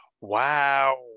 Wow